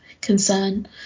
concern